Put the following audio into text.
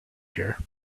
here